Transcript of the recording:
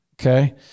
Okay